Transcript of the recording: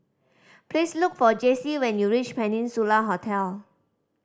please look for Jessi when you reach Peninsula Hotel